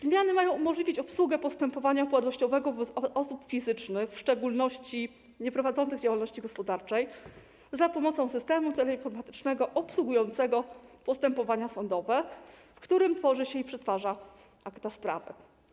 Zmiany mają umożliwić obsługę postępowania upadłościowego wobec osób fizycznych, w szczególności nieprowadzących działalności gospodarczej, za pomocą systemu teleinformatycznego obsługującego postępowania sądowe, w którym tworzy się i przetwarza akta sprawy.